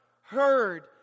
heard